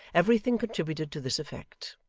everything contributed to this effect.